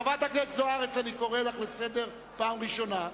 חברת הכנסת זוארץ, אני קורא אותך לסדר פעם ראשונה.